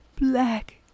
black